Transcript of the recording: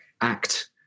act